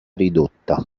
ridotta